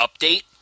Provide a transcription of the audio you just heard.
update